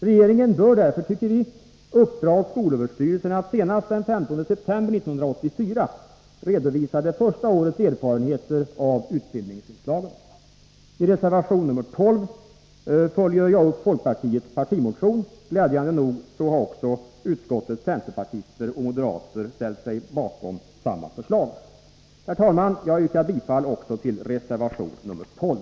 Regeringen bör, tycker vi, uppdra åt skolöverstyrelsen att senast den 15 september 1984 redovisa det första årets erfarenheter av utbildningsinslaget. I reservation nr 12 följer jag upp folkpartiets partimotion. Glädjande nog har utskottets centerpartister och moderater ställt sig bakom samma förslag. Herr talman! Jag yrkar bifall också till reservation nr 12.